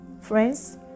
friends